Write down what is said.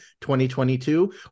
2022